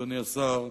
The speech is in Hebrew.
אדוני השר,